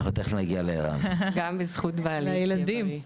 גם בזכות בעלי, שיהיה בריא.